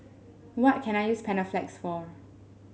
what can I use Panaflex for